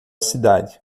cidade